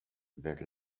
that